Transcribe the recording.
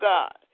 God